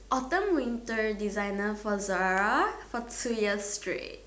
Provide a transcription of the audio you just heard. autumn winter designer for Zara for two years straight